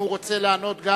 אם הוא רוצה לענות גם